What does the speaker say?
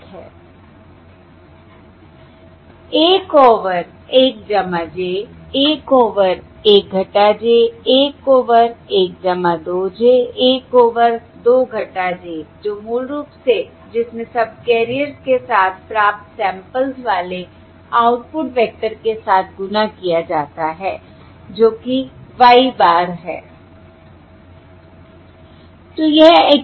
1 over 1 j 1 over 1 j 1 over 1 2 j 1 over 2 j जो मूल रूप से जिसमें सबकैरियर्स के साथ प्राप्त सैंपल्स वाले आउटपुट वेक्टर के साथ गुणा किया जाता है जो कि Y bar है